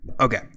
Okay